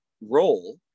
role